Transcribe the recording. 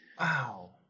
Wow